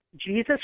Jesus